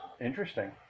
Interesting